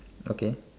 okay